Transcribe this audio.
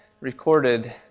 recorded